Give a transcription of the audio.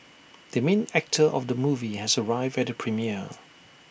the main actor of the movie has arrived at the premiere